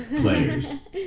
players